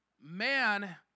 Man